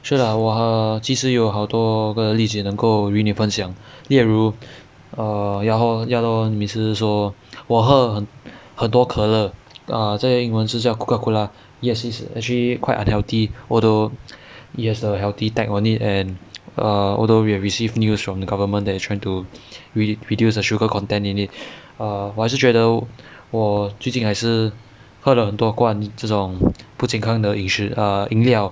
是 lah 我 err 其实有好多个理解能够与你分享列如 ya hor ya lor 你每次说我喝很多可乐 err 在英文是叫 coca cola yes it's actually quite unhealthy although it has a healthy tag on it and err although we have received news from the government that it's trying to re~ reduce the sugar content in it err 我还是觉得我最近还是喝了很多罐这种不健康的饮食 err 饮料